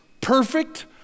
perfect